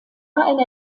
eine